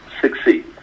succeed